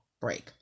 break